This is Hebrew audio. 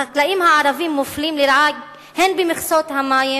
החקלאים הערבים מופלים לרעה הן במכסות המים